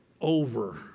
over